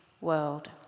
world